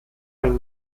ein